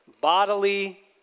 bodily